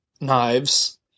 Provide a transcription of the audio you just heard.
knives